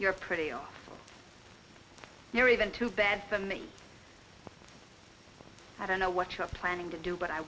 you're pretty off you're even too bad for me i don't know what you're planning to do but i